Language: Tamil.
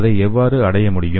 அதை எவ்வாறு அடைய முடியும்